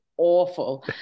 awful